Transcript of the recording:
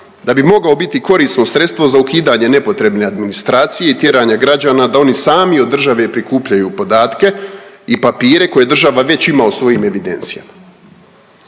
da bi mogao biti korisno sredstvo za ukidanje nepotrebne administracije i tjeranja građana da oni sami od države prikupljaju podatke i papire koje država već ima u svojim evidencijama.